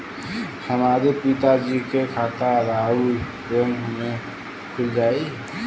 हमरे पिता जी के खाता राउर बैंक में खुल जाई?